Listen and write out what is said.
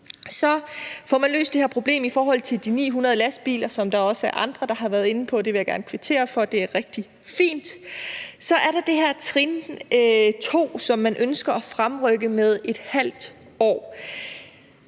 Så får man løst det her problem i forhold til de 900 lastbiler, som der også er andre, der har været inde på. Det vil jeg gerne kvittere for; det er rigtig fint. Så er der det her trin 2, som man ønsker at fremrykke med ½ år.